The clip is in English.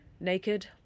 Naked